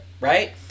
right